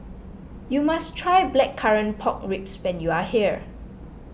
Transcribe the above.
you must try Blackcurrant Pork Ribs when you are here